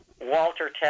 Walter